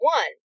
one